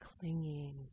clinging